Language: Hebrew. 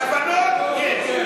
כוונות, יש.